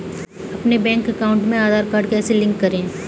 अपने bank account में Aadhaar card कैसे लिंक करें?